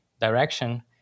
direction